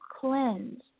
cleanse